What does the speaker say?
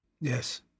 Yes